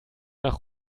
nach